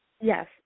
Yes